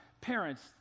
parents